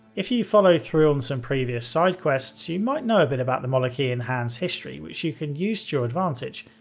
if you followed through on some previous side quests, you might know a bit about the molochean hand's history which you can use to your advantage,